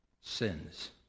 sins